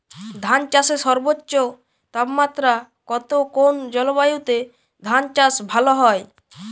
ধান চাষে সর্বোচ্চ তাপমাত্রা কত কোন জলবায়ুতে ধান চাষ ভালো হয়?